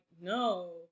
no